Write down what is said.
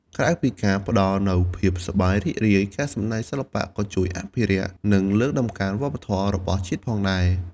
ក្រៅពីការផ្តល់នូវភាពសប្បាយរីករាយ ការសម្តែងសិល្បៈក៏ជួយអភិរក្ស និងលើកតម្កើងវប្បធម៌របស់ជាតិផងដែរ។